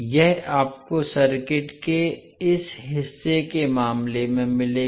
यह आपको सर्किट के इस हिस्से के मामले में मिलेगा